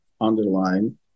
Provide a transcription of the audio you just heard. underline